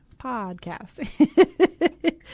Podcast